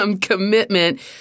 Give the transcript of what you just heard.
commitment